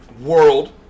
world